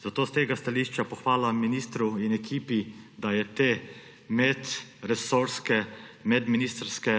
Zato s tega stališča pohvala ministru in ekipi, da je te medresorske, medministrske